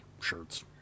shirts